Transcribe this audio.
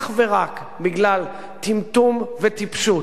אך ורק בגלל טמטום וטיפשות